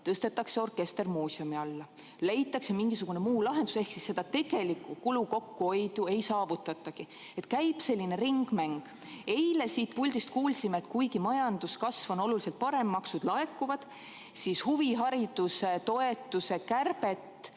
tõstetakse orkester muuseumi alla, leitakse mingisugune muu lahendus, ehk seda tegelikku kokkuhoidu ei saavutatagi. Käib selline ringmäng. Eile siit puldist kuulsime, et kuigi majanduskasv on oluliselt parem, maksud laekuvad, siis huviharidustoetuse kärbet